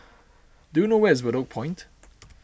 do you know where is Bedok Point